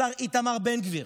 השר איתמר בן גביר,